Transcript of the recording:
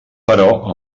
però